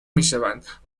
میشوند